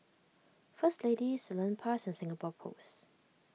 First Lady Salonpas and Singapore Post